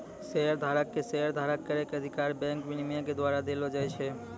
शेयरधारक के शेयर धारण करै के अधिकार बैंक विनियमन के द्वारा देलो जाय छै